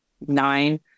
nine